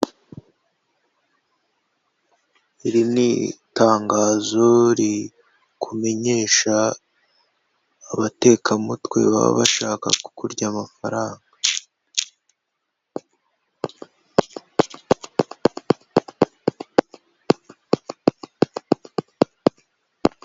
Iri ni itangazo rikumenyesha abatekamutwe baba bashaka kukurya amafaranga.